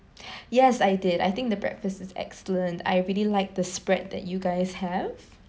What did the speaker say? yes I did I think the breakfast is excellent I really liked the spread that you guys have